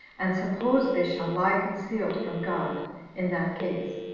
and suppose they shall lie concealed from god in that case,